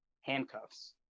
handcuffs